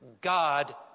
God